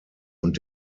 und